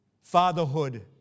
fatherhood